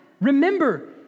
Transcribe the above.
remember